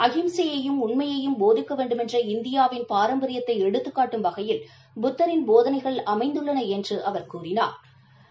அஹிம்சையையும் உண்மையையும் போதிக்க வேண்டுமென்ற இந்தியாவின் பாரம்பரியத்தை எடுத்துக்காட்டும் வகையில் புத்தரின் போதனைகள் அமைந்துள்ளன என்று தெரிவித்தாா்